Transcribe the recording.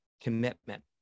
commitment